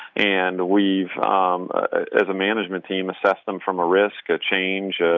and we've as a management team, assessed them from a risk, a change,